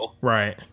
Right